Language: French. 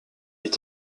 est